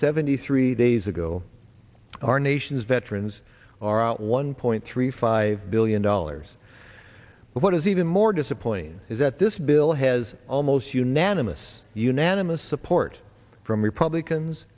seventy three days ago our nation's veterans are out one point three five billion dollars but what is even more disappointing is that this bill has almost unanimous unanimous support from republicans